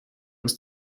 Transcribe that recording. aus